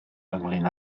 ynglŷn